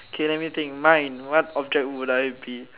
okay let me think mine what object would I be